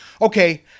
Okay